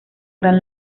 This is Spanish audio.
gran